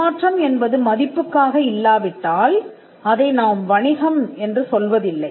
பரிமாற்றம் என்பது மதிப்புக்காக இல்லாவிட்டால் அதை நாம் வணிகம் என்று சொல்லுவதில்லை